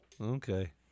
Okay